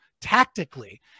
tactically